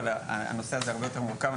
אבל הנושא הזה הרבה יותר מורכב.